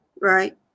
right